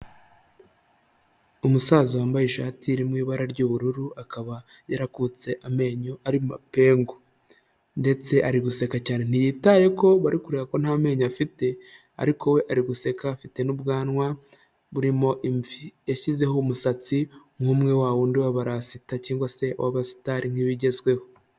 Umusaza wambaye ishati iri mu ibara ry'ubururu akaba yarakutse amenyo ari mapengu ndetse ari guseka cyane ntiyitaye ko bari kureba ko ntamenenyo afite ariko we ari guseka, afite n'ubwanwa burimo imvi, yashyizeho umusatsi nk'umwe wa wundi w'abarasita cyangwa se w'abasitari nk'ibigezweho.